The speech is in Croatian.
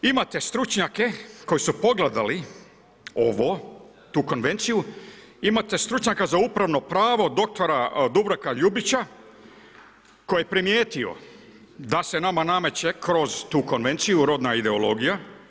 Imate stručnjake koji su pogledali ovo, tu konvenciju, imate stručnjaka za upravno pravo dr. Dubravka Ljubića koji je primijetio da se nama nameće kroz tu konvenciju rodna ideologija.